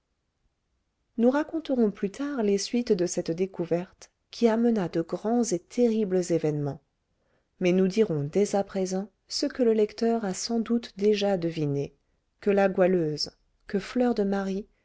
nous raconterons plus tard les suites de cette découverte qui amena de grands et terribles événements mais nous dirons dès à présent ce que le lecteur a sans doute déjà deviné que la goualeuse que fleur de marie